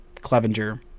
Clevenger